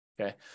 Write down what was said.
Okay